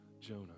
Jonah